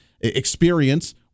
experience